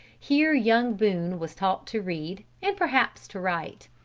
here young boone was taught to read, and perhaps to write.